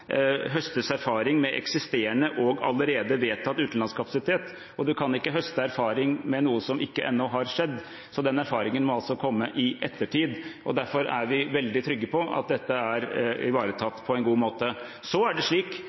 høstes erfaring fra eksisterende og allerede vedtatt utenlandskapasitet. Og man kan ikke høste erfaring fra noe som ennå ikke har skjedd – den erfaringen må komme i ettertid. Derfor er vi veldig trygge på at dette er ivaretatt på en god måte.